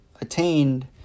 attained